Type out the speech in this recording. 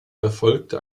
verfolgte